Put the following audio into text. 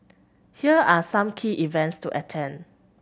here are some key events to attend